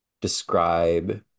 describe